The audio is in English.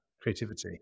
creativity